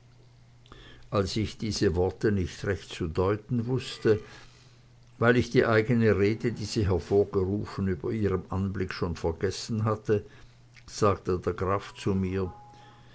als ich diese worte nicht recht zu deuten wußte weil ich die eigene rede die sie hervorgerufen über ihrem anblicke schon vergessen hatte sagte der graf zu mir